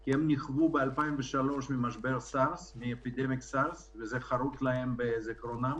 כי הם נכוו ב-2003 ממשבר הסארס וזה חרוט בזיכרונם.